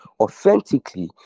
authentically